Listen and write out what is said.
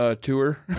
Tour